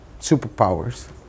superpowers